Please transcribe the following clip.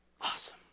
awesome